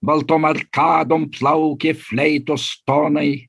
baltom arkadom plaukė fleitos tonai